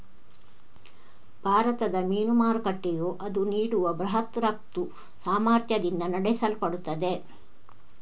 ಭಾರತದ ಮೀನು ಮಾರುಕಟ್ಟೆಯು ಅದು ನೀಡುವ ಬೃಹತ್ ರಫ್ತು ಸಾಮರ್ಥ್ಯದಿಂದ ನಡೆಸಲ್ಪಡುತ್ತದೆ